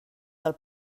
del